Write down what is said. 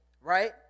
right